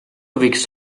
võiks